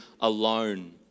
alone